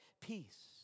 Peace